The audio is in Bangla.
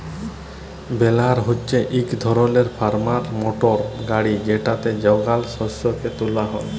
বেলার হছে ইক ধরলের ফার্ম মটর গাড়ি যেটতে যগাল শস্যকে তুলা হ্যয়